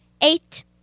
eight